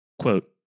Quote